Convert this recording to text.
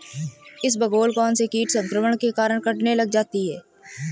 इसबगोल कौनसे कीट संक्रमण के कारण कटने लग जाती है?